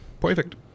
Perfect